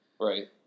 Right